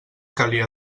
calia